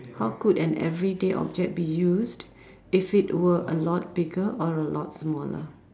how could an everyday object be used if it were a lot bigger or a lot smaller